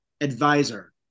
advisor